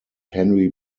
henry